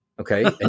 Okay